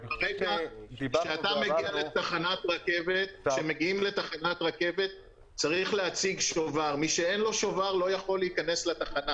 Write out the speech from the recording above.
אני אחזור עליה שוב: הפשרה כוללת שני רכיבים: 1. בחידוש התקנות בפעם הבאה אתם תכניסו התייחסות לרכבת